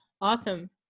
awesome